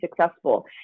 successful